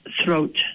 throat